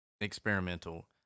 experimental